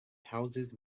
houses